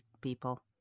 people